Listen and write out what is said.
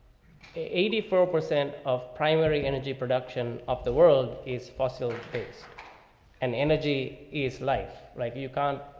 eighty four percent of primary energy production of the world is possible. pace and energy is life, right? you can't,